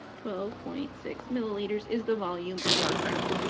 twelve point six milliliters is the volume of our crown.